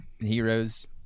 heroes